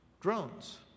drones